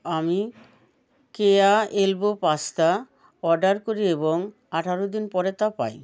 আমি Keya elbow pasta order করি এবং আঠারো দিন পরে তা পাই